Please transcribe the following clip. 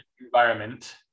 environment